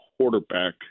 quarterback